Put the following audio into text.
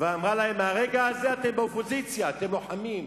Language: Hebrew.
ואמרה להם: מהרגע הזה אתם באופוזיציה, אתם לוחמים,